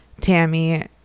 Tammy